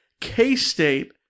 K-State